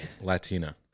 Latina